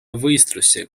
võistlusi